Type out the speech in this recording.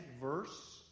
verse